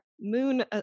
moon